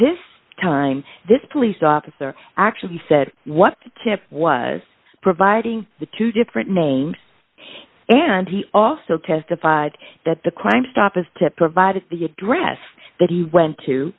this time this police officer actually said what tip was providing the two different names and he also testified that the claim stop is to provide the address that he went to